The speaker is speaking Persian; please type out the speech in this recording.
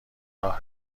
راه